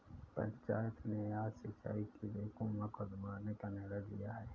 पंचायत ने आज सिंचाई के लिए कुआं खुदवाने का निर्णय लिया है